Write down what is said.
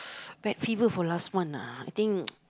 bad fever from last month ah I think